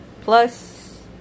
plus